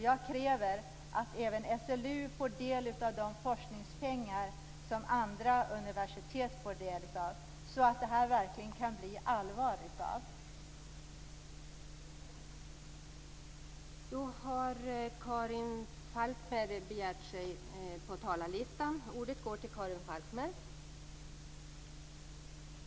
Jag kräver att även SLU får del av de forskningspengar som andra universitet får del av så att det verkligen kan bli allvar av den har verksamheten.